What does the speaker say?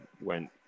went